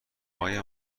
آیا